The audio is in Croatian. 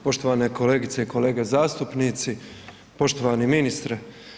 Poštovane kolegice i kolege zastupnici, poštovani ministre.